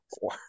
four